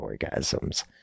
orgasms